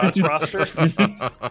roster